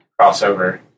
Crossover